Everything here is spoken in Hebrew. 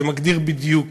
שמגדיר בדיוק